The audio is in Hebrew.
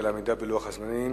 וגם על העמידה בלוח הזמנים.